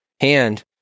hand